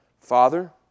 Father